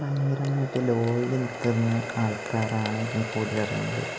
ഭയങ്കരമായിട്ട് ലോയില് നില്ക്കുന്ന ആൾക്കാരാണ് ഇതിന് കൂടുതലിറങ്ങുന്നത്